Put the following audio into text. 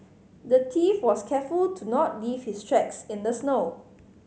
the thief was careful to not leave his tracks in the snow